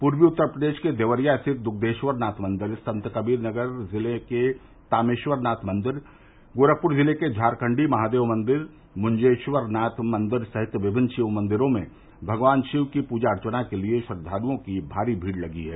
पूर्वी उत्तर प्रदेश के देवरिया स्थित दुग्धेश्वरनाथ मंदिर संत कवीर नगर जिले के तामेश्वरनाथ मंदिर गोरखपुर जिले के झारखण्डी महादेव मंदिर मुंजेश्वरनाथ मंदिर सहित विभिन्न शिव मंदिरों में भगवान शिव की पूजा अर्चना के लिए श्रद्दालुओं की भारी भीड़ लगी है